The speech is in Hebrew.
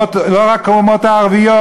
לא רק האומות הערביות,